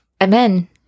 Amen